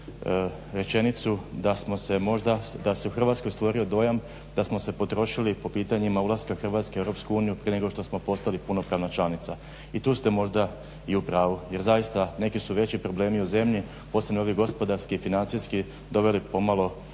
ključnu rečenicu, da se u Hrvatskoj stvorio dojam da smo se potrošili po pitanjima ulaska Hrvatske u EU prije nego što smo postali punopravna članica. I tu ste možda i u pravu. Jer zaista neki su veći problemi u zemlji posebno ovi gospodarski, financijski doveli pomalo cijeli